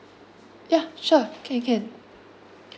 ya sure can can